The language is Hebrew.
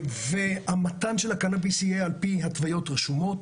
מתן הקנביס יהיה על פי התוויות רשומות.